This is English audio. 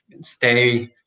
stay